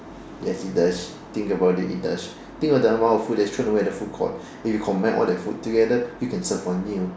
yes it does think about it it does think of the amount of food that's thrown away at the food court if you combine all that food together you can serve one meal